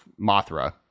mothra